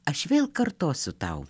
aš vėl kartosiu tau